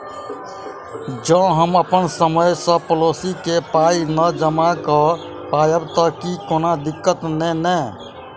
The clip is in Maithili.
जँ हम समय सअ पोलिसी केँ पाई नै जमा कऽ पायब तऽ की कोनो दिक्कत नै नै?